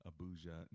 Abuja